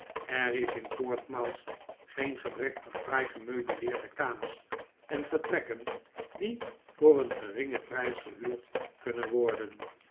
er is in portsmouth geen gebrek aan fraai gemeubileerde kamers en vertrekken i'ie voor een geringen prijs gehuurd kunnen worden